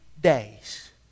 days